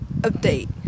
Update